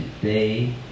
today